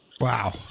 Wow